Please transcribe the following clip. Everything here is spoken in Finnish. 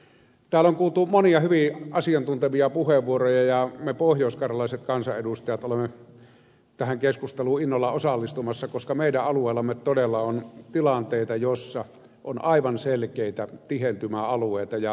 täällä on kuultu monia hyvin asiantuntevia puheenvuoroja ja me pohjoiskarjalaiset kansanedustajat olemme tähän keskusteluun innolla osallistumassa koska meidän alueellamme todella on tilanteita joissa on aivan selkeitä tihentymäalueita